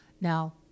Now